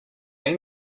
you